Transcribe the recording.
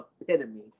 epitome